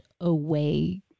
away